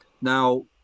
Now